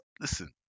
Listen